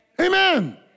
Amen